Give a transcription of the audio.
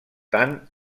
tant